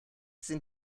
sind